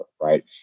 right